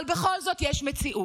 אבל בכל זאת יש מציאות,